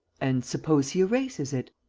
and suppose he erases it?